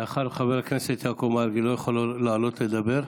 מאחר שחבר הכנסת יעקב מרגי לא יכול לעלות לדבר,